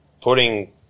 putting